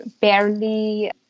barely